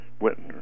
went